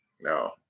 No